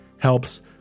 helps